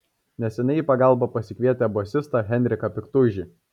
neseniai į pagalbą pasikvietę bosistą henriką piktuižį